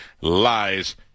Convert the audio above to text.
lies